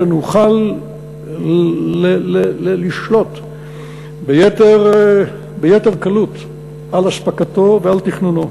שנוכל לשלוט ביתר קלות על אספקתו ועל תכנונו.